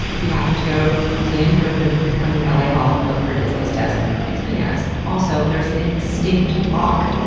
if you happen to go to the museum, go to the becoming la hall, look for disney's desk. it's bananas. also, there's an extinct auk,